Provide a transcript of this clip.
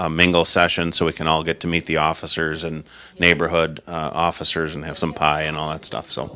e session so we can all get to meet the officers and neighborhood officers and have some pie and all that stuff so